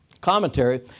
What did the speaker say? commentary